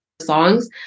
songs